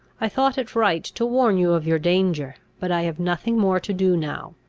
i thought it right to warn you of your danger, but i have nothing more to do now.